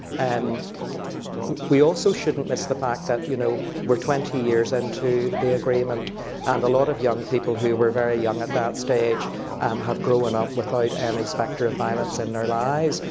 um we also shouldn't miss the fact that, you know, we're twenty years into the agreement, and a lot of young people who were very young at that stage have grown up without and any specter of violence in their lives,